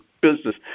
business